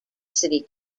city